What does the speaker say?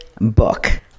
book